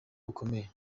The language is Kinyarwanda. bukomeye